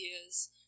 ideas